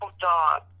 dog